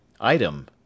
Item